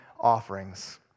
offerings